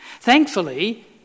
Thankfully